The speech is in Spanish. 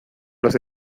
los